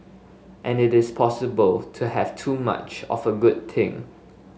and it is also possible to have too much of a good thing